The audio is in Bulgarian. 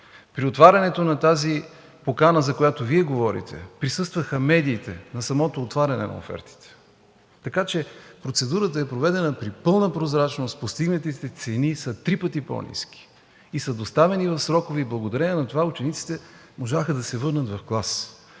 При отварянето на тази покана, за която Вие говорите, присъстваха медиите. На самото отваряне на офертите! Така че процедурата е проведена при пълна прозрачност, постигнатите цени са три пъти по-ниски и са доставени в срокове. Благодарение на това учениците можаха да се върнат в клас.